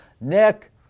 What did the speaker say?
Nick